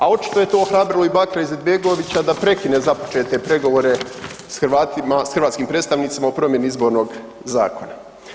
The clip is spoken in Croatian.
A očito je to ohrabrilo i Bakira Izetbegovića da prekine započete pregovore s hrvatskim predstavnicima o promjeni Izbornog zakona.